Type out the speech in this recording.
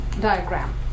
diagram